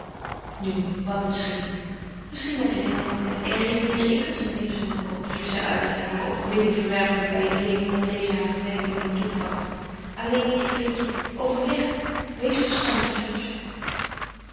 nu wat misschien misschien heb jij wel gelijk en redeneer ik als een kip zonder kop riep zij uit haar overwinning verwerpende bij het leed dat deze haar verwenden jongen toebracht alleen ik bid je overleg weer